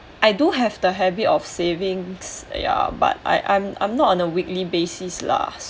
I do have the habit of savings ya but I I I am not on the weekly basis lah